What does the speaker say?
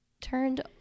turned